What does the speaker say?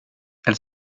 elle